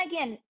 again